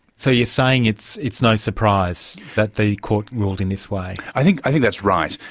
so you're saying it's it's no surprise that the court ruled in this way. i think i think that's right.